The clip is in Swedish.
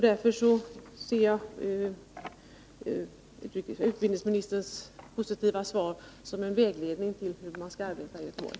Därför ser jag utbildningsministerns positiva svar som en vägledning för arbetet i Göteborg.